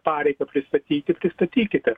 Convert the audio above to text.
pareigą pristatyti pristatykite